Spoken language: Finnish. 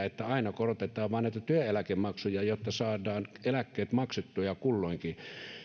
että aina korotetaan vain näitä työeläkemaksuja jotta saadaan eläkkeet maksettua